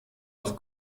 auf